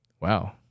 wow